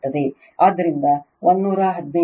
ಆದ್ದರಿಂದ 115